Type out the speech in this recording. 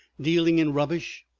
dealing in rubbish,